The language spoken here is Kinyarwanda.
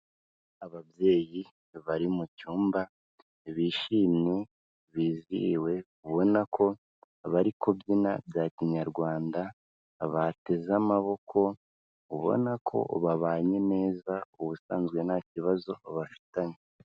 Ababyeyi bari mu cyumba bishimye bizihiwe ubona ko bari kubyina bya kinyarwanda, bateze amaboko ubona ko babanye neza ubusanzwe nta kibazo bafitanye.